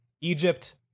Egypt